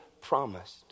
promised